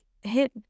hit